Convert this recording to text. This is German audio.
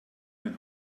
mein